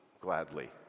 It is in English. gladly